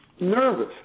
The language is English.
nervous